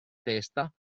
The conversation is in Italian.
testa